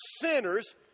sinners